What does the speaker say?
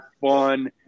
fun